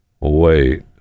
wait